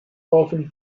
often